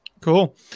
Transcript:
cool